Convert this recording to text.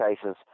cases